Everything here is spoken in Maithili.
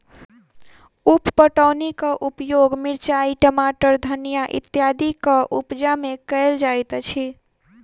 उप पटौनीक उपयोग मिरचाइ, टमाटर, धनिया इत्यादिक उपजा मे कयल जाइत अछि